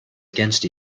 against